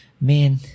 man